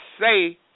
say